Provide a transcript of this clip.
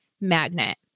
magnet